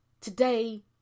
today